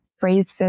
phrases